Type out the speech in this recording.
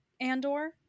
Andor